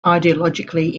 ideologically